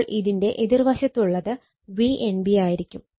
അപ്പോൾ ഇതിന്റെ എതിർ വശത്തുള്ളത് Vnb ആയിരിക്കും